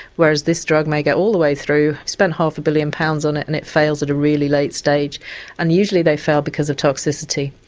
whereas this drug may get all the way through, spend half a billion pounds on it and it fails at a really late stage and usually they fail because of toxicity.